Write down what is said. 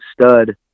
stud